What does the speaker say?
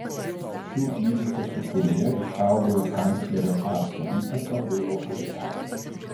šių įvykių sūkuryje išaugo ir kanclerio paco įtaka bei autoritetas